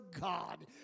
God